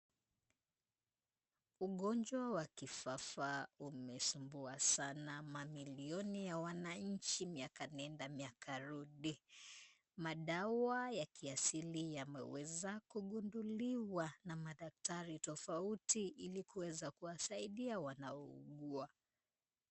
Ugonjwa wa kifafa umesumbua sana mamilioni ya wananchi miaka nenda miaka rudi. Madawa ya kiasili yameweza kugunduliwa na madaktari tofauti ili kuweza kuwasaidia wanaougua.